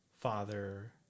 father